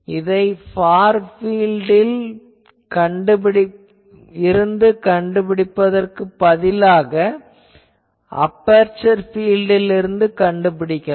இதை ஃபார் பீல்ட்டில் இருந்து கண்டுபிடிப்பதற்குப் பதிலாக அபெர்சர் பீல்ட்டில் இருந்து கண்டுபிடிக்கலாம்